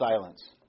silence